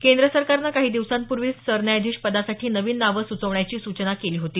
केंद्र सरकारने काही दिवसांपूर्वीच सरन्यायाधीश पदासाठी नवीन नाव सूचवण्याची सूचना केली होती